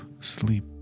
sleep